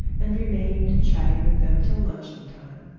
and remained chatting with them till luncheon-time.